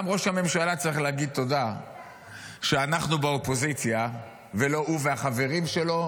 גם ראש הממשלה צריך להגיד תודה שאנחנו באופוזיציה ולא הוא והחברים שלו,